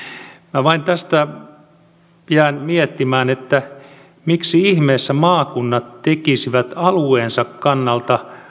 minä vain jään tästä miettimään miksi ihmeessä maakunnat tekisivät alueensa kannalta